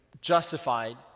justified